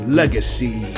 legacy